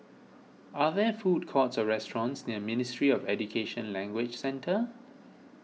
are there food courts or restaurants near Ministry of Education Language Centre